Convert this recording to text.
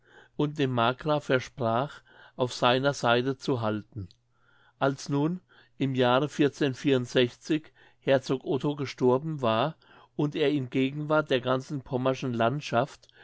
und dem markgrafen versprach auf seiner seite zu halten als nun im jahre herzog otto gestorben war und er in gegenwart der ganzen pommerschen landschaft